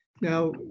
Now